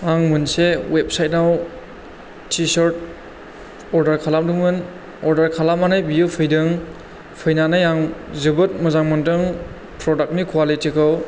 आं मोनसे वेबसाइट आव टि सोर्ट अर्डार खालामदोंमोन अर्डार खालामनानै बियो फैदों फैनानै आं जोबोद मोजां मोनदों प्रडाक्टनि कवालिटिखौ